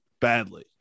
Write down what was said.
badly